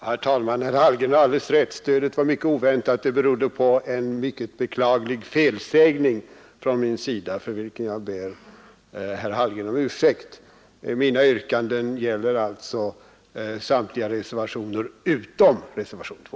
Herr talman! Herr Hallgren har alldeles rätt i att stödet var oväntat; det berodde på en mycket beklaglig felsägning från min sida, för vilken jag ber herr Hallgren om ursäkt. Mina yrkanden gällde alltså samtliga reservationer utom reservation 2.